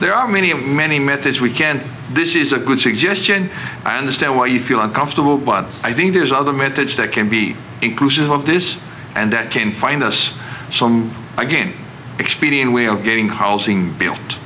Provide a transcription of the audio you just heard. there are many many met this weekend this is a good suggestion understand why you feel uncomfortable but i think there's other methods that can be inclusive of this and that can find us some again expedient way of getting housing built